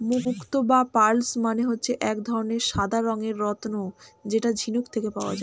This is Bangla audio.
মুক্তো বা পার্লস মানে হচ্ছে এক ধরনের সাদা রঙের রত্ন যেটা ঝিনুক থেকে পাওয়া যায়